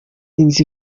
inzu